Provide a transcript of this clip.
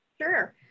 Sure